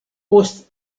post